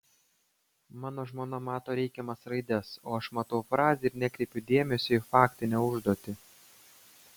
mano žmona mato reikiamas raides o aš matau frazę ir nekreipiu dėmesio į faktinę užduotį